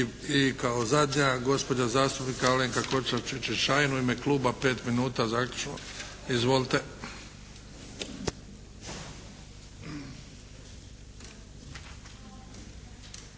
I kao zadnja gospođa zastupnica Alenka Košiša Čičin-Šain u ime kluba pet minuta zaključno. Izvolite.